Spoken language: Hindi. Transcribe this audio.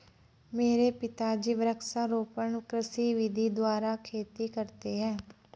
मेरे पिताजी वृक्षारोपण कृषि विधि द्वारा खेती करते हैं